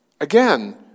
Again